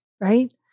right